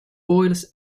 boils